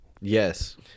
Yes